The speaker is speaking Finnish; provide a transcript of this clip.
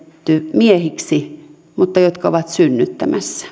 miehiksi mutta jotka ovat synnyttämässä